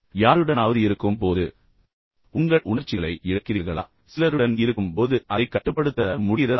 யாருடனாவது இருக்கும் போது போது நீங்கள் உங்கள் உணர்ச்சிகளை இழக்கிறீர்களா சிலருடன் இருக்கும் போது மட்டுமே உங்களால் அதை கட்டுப்படுத்த முடிகிறதா